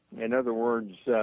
in other words,